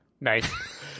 nice